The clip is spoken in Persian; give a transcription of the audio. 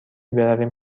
برویم